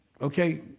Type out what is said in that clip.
Okay